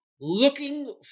looking